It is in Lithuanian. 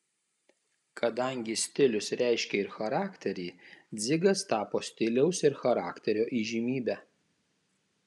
kadangi stilius reiškia ir charakterį dzigas tapo stiliaus ir charakterio įžymybe